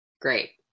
Great